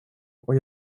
och